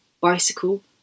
bicycle